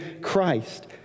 Christ